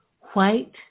white